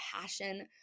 passion